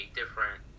different